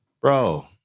Bro